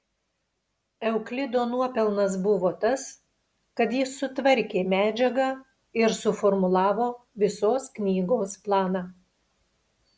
euklido nuopelnas buvo tas kad jis sutvarkė medžiagą ir suformulavo visos knygos planą